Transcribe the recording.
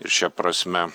ir šia prasme